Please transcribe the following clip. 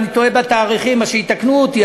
אם אני טועה בתאריכים שיתקנו אותי,